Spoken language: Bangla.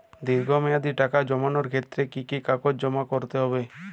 দীর্ঘ মেয়াদি টাকা জমানোর ক্ষেত্রে কি কি কাগজ জমা করতে হবে?